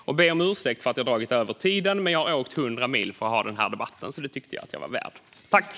Jag ber om ursäkt för att jag har dragit över talartiden, men jag har åkt 100 mil för denna debatt - så jag tycker att jag var värd den tiden.